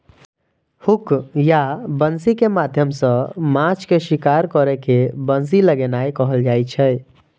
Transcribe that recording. hook या बंसी के माध्यम सं माछ के शिकार करै के बंसी लगेनाय कहल जाइ छै